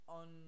on